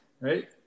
right